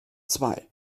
zwei